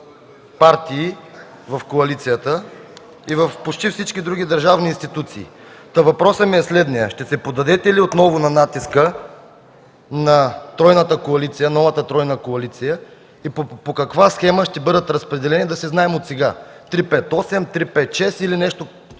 различните партии в коалицията, и в почти всички други държавни институции. Въпросът ми е следният: ще се поддадете ли отново на натиска на новата тройна коалиция и по каква схема ще бъдат разпределени, да си знаем отсега – 3-5-8, 3-5-6? Просто